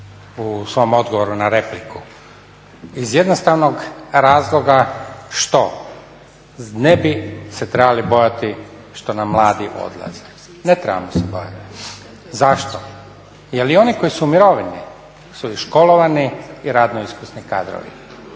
u svom odgovoru na repliku iz jednostavnog razloga što ne bi se trebali bojati što nam mladi odlaze, ne trebamo se bojati. Zašto? Jer i oni koji su u mirovini su i školovani i radno iskusni kadrovi.